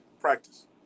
Practice